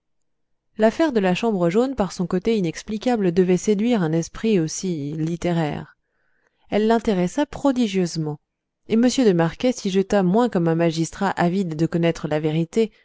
l'affaire de la chambre jaune par son côté inexplicable devait séduire un esprit aussi littéraire elle l'intéressa prodigieusement et m de marquet s'y jeta moins comme un magistrat avide de connaître la vérité